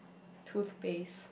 toothpaste